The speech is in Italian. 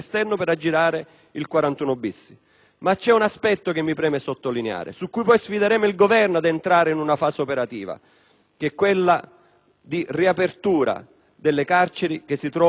Ma vi è un aspetto che mi preme sottolineare, su cui sfideremo il Governo ad entrare in una fase operativa, che è quella di riapertura delle carceri che si trovano in aree insulari.